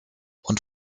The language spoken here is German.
und